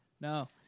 no